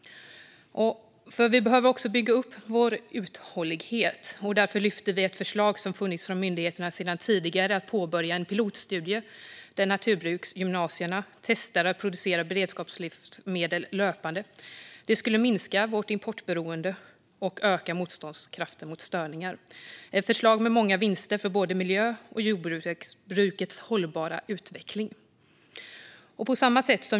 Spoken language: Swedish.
Vi behöver också bygga upp vår uthållighet. Därför lyfter vi ett förslag från myndigheterna som finns sedan tidigare om att man ska påbörja en pilotstudie där naturbruksgymnasierna testar att löpande producera beredskapslivsmedel. Det skulle minska vårt importberoende och öka motståndskraften mot störningar. Det är ett förslag med många vinster för både miljön och jordbrukets hållbara utveckling.